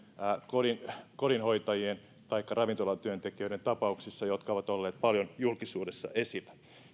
kodinhoitajien taikka ravintolatyöntekijöiden tapauksissa jotka ovat olleet paljon julkisuudessa esillä